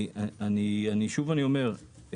שוב אני אומר,